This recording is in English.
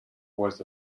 was